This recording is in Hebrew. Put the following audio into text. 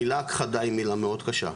המילה הכחדה היא מילה מאוד קשה.